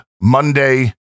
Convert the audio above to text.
Monday